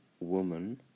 woman